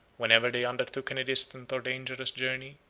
whenever they undertook any distant or dangerous journey,